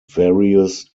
various